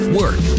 work